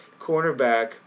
cornerback